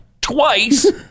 twice